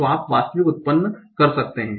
तो आप वास्तविक उत्पन्न कर सकते हैं